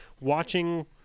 watching